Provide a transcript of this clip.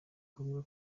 ngombwa